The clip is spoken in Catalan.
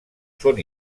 són